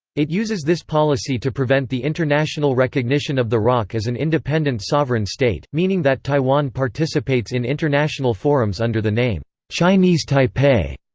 it uses this policy to prevent the international recognition of the roc as an independent sovereign state, meaning that taiwan participates in international forums under the name chinese taipei.